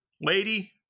lady